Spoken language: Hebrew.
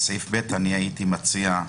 בפסקה (ב) הייתי מציע לומר: